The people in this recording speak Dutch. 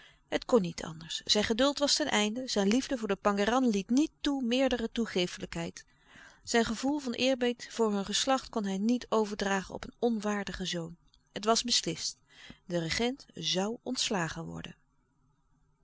het kon niet anders zijn geduld was ten einde zijn liefde voor den pangéran liet niet toe meerdere toegeeflijkheid zijn gevoel van eerbied voor hun geslacht kon hij niet overdragen op een onwaardigen zoon het was beslist de regent zoû ontslagen worden